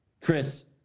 Chris